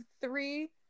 three